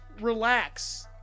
relax